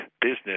business